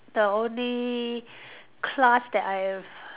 the only class that I have